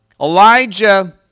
Elijah